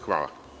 Hvala.